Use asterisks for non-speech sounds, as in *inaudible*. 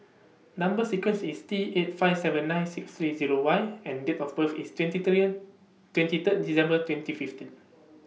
Number sequence IS T eight five seven nine six three Zero Y and Date of birth IS twenty three twenty Third December twenty fifteen *noise*